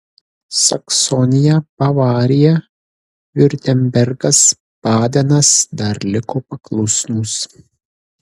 saksonija bavarija viurtembergas badenas dar liko paklusnūs